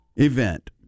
Event